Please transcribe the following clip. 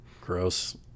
gross